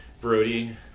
Brody